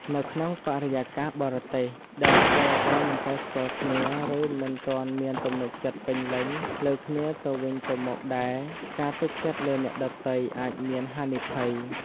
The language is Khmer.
នៅក្នុងបរិយាកាសបរទេសដែលពលករមិនសូវស្គាល់គ្នា ឬមិនទាន់មានទំនុកចិត្តពេញលេញលើគ្នាទៅវិញទៅមកដែរ ការទុកចិត្តលើអ្នកដទៃអាចមាន ហានិភ័យ ។